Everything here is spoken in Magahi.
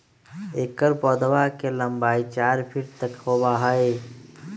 एकर पौधवा के लंबाई चार फीट तक होबा हई